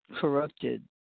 Corrupted